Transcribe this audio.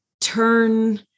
turn